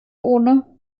ohne